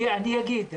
אני אגיד.